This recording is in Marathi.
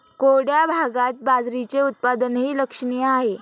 कोरड्या भागात बाजरीचे उत्पादनही लक्षणीय आहे